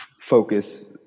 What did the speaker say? focus